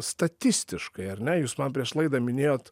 statistiškai ar ne jūs man prieš laidą minėjot